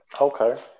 Okay